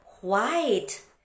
white